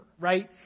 right